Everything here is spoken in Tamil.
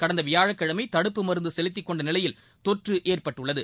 கடந்தவியாழக்கிழமைதடுப்பு மருந்துசெலுத்திக் கொண்டநிலையில் தொற்றுஏற்பட்டுள்ளது